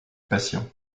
patient